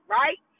right